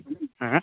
ᱦᱮᱸ